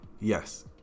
Yes